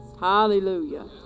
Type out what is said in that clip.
Hallelujah